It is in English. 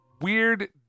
weird